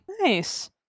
Nice